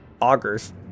augers